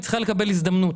היא צריכה לקבל הזדמנות.